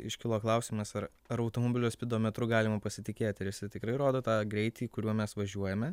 iškilo klausimas ar ar automobilio spidometru galima pasitikėti ar jisai tikrai rodo tą greitį kuriuo mes važiuojame